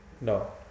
No